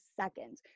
second